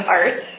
art